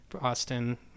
Austin